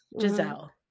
Giselle